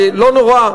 ולא נורא,